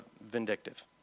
vindictive